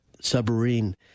submarine